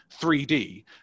3D